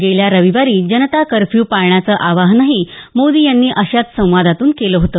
गेल्या रविवारी जनता कर्फ्यू पाळण्याचं आवाहनही मोदी यांनी अशाच संवादातून केलं होतं